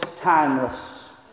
timeless